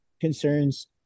concerns